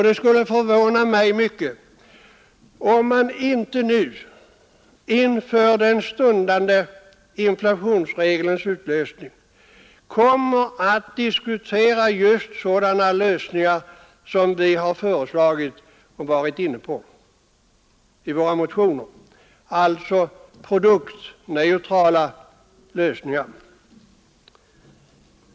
Det skulle också förvåna mig mycket om man inte inför den stundande inflationsregelns utlösande kommer att diskutera just sådana lösningar som vi har föreslagit i våra motioner, dvs. produktneutrala lösningar.